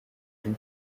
d’où